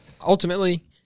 ultimately